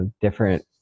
different